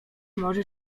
może